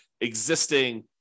existing